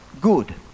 good